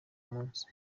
munsi